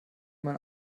mein